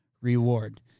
reward